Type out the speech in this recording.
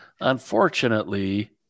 unfortunately